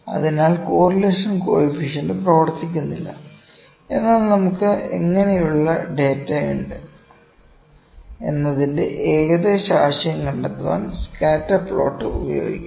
അതിനാൽ correlation coefficient പ്രവർത്തിക്കുന്നില്ല എന്നാൽ നമുക്ക് എങ്ങനെയുള്ള ഡാറ്റയുണ്ട് എന്നതിന്റെ ഏകദേശ ആശയം കണ്ടെത്താൻ സ്കാറ്റർ പ്ലോട്ട് ഉപയോഗിക്കാം